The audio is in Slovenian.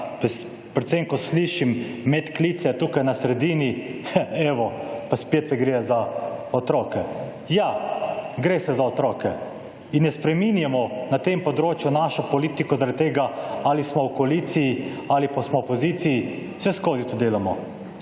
predvsem ko slišim medklice tukaj na sredini, evo, pa spet se gre za otroke. Ja, gre se za otroke. In ne spreminjamo na tem področju našo politiko zaradi tega, ali smo v koaliciji ali pa smo v opoziciji. Vseskozi to delamo.